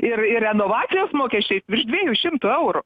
ir ir renovacijos mokesčiais virš dviejų šimtų eurų